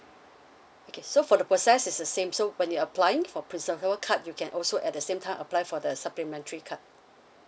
okay so for the process is the same so when you applying for principal card you can also at the same time apply for the supplementary card